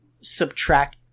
subtract